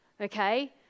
okay